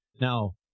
Now